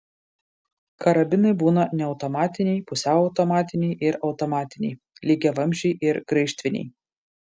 karabinai būna neautomatiniai pusiau automatiniai ir automatiniai lygiavamzdžiai ir graižtviniai